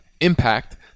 impact